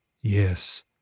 Yes